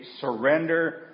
surrender